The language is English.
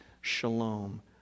Shalom